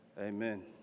Amen